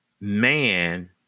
man